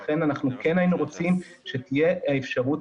לכן אנחנו כן היינו רוצים שתהיה האפשרות